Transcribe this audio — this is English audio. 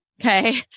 Okay